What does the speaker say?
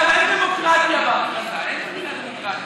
אגב, דמוקרטיה בהכרזה, אין המושג דמוקרטיה.